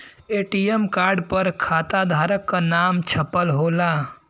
ATM card पर खाताधारक क नाम छपल होला